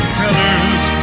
colors